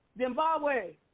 Zimbabwe